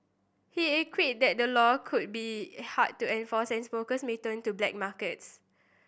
he quipped that the law could be hard to enforces and smokers may turn to black markets